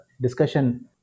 discussion